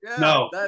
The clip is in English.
No